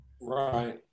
Right